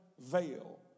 veil